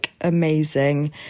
amazing